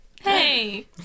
Hey